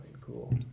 cool